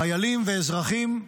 חיילים ואזרחים,